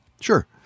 sure